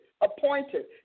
appointed